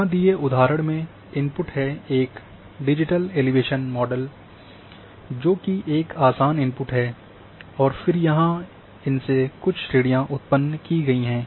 यहाँ दिए उदाहरण में इनपुट है एक डिजिटल एलिवेशन मॉडल जो की एक आसान इनपुट है और फिर यहाँ इनसे कुछ श्रेणियाँ उत्पन्न की गई हैं